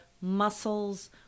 muscles